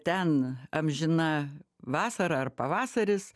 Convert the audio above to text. ten amžina vasara ar pavasaris